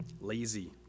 lazy